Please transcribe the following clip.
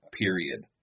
period